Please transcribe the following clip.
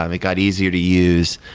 um it got easier to use.